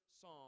song